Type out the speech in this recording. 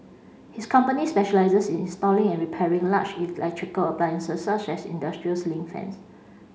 his company specialises in installing and repairing large electrical appliances such as industrial ceiling fans